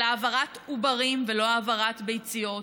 "העברת עוברים" ולא "העברת ביציות",